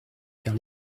car